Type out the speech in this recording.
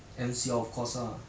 M_C_L of course ah